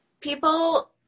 people